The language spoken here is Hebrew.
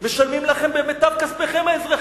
משלמים לכם ממיטב כספי האזרחים,